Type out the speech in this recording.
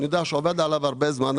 אני יודע שהוא עבד עליו הרבה זמן.